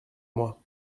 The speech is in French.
moi